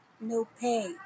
no-pay